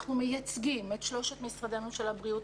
אנחנו מייצגים את שלושת משרדי הממשלה בריאות,